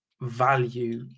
value